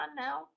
now